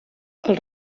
els